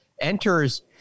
enters